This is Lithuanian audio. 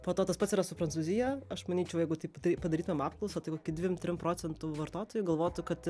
po to tas pats yra su prancūzija aš manyčiau jeigu taip tai padarytum apklausą tai kokie dvim trim procentų vartotojų galvotų kad